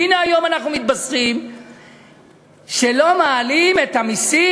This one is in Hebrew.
והנה היום אנחנו מתבשרים שלא מעלים את המסים